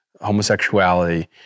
homosexuality